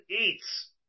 eats